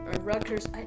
Rutgers